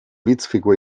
witzfigur